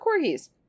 corgis